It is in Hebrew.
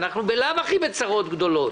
אנחנו בלאו הכי בצרות גדולות.